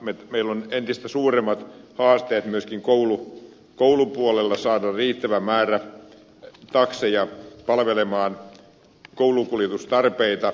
meillä on entistä suuremmat haasteet myöskin koulun puolella saada riittävä määrä takseja palvelemaan koulukuljetustarpeita